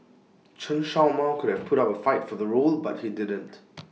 Chen show Mao could have put up A fight for the role but he didn't